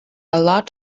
lot